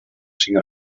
cinc